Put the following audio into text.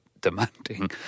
demanding